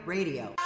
Radio